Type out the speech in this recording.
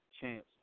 chance